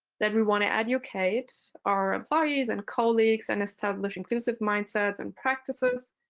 that we want to educate our employees and colleagues, and establish inclusive mindsets and practices.